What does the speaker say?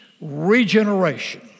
regeneration